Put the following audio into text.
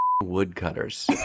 woodcutters